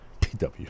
PW